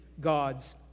God's